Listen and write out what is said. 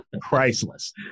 priceless